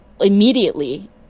immediately